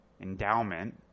endowment